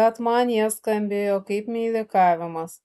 bet man jie skambėjo kaip meilikavimas